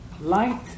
Light